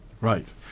right